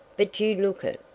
but you look it,